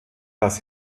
das